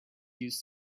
used